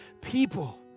people